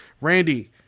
randy